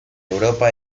europa